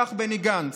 כך בני גנץ.